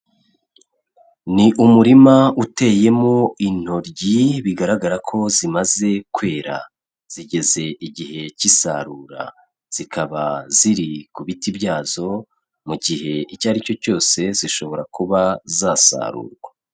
Ni umurima uteyemo intoryi bigaragara ko zimaze kwera, zigeze igihe k'isarura, zikaba ziri ku biti byazo, mu gihe icya ari cyo cyose zishobora kuba zasarurwa.